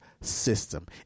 system